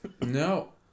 no